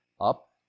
up